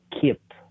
keep